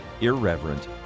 irreverent